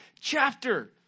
chapter